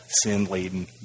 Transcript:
sin-laden